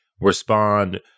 respond